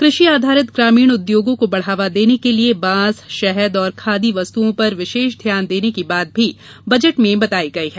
क्रषि आधारित ग्रामीण उद्योगों को बढ़ावा देने के लिये बांस शहद और खादी वस्तुओं पर विशेष ध्यान देने की बात भी बजट में बताई गई है